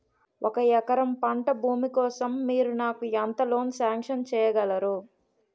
ఒక ఎకరం పంట భూమి కోసం మీరు నాకు ఎంత లోన్ సాంక్షన్ చేయగలరు?